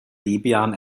debian